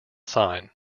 sign